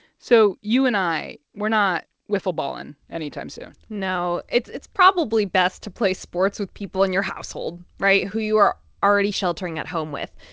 so you and i, we're not wiffle balling anytime soon no, it's it's probably best to play sports with people in your household right? who you are already sheltering at home with.